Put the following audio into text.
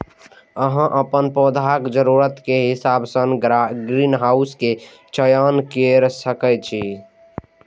अहां अपन पौधाक जरूरत के हिसाब सं ग्रीनहाउस के चयन कैर सकै छी